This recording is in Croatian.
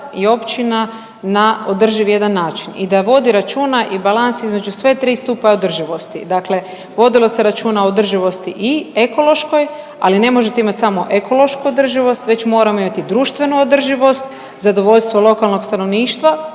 i općina na održiv jedan način i da vodi računa i balans između sve tri stupa održivosti. Dakle, vodilo se računa o održivosti i ekološkoj, ali ne možete imati samo ekološku održivost već moramo imati društvenu održivost, zadovoljstvo lokalnog stanovništva.